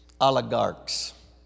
oligarchs